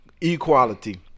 equality